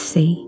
See